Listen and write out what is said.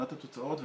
מבחינת התוצאות,